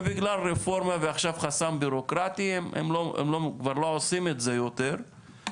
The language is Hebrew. בגלל הרפורמה ועכשיו חסם ביורוקרטי הם כבר לא עושים את זה יותר.